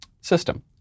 system